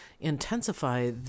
intensify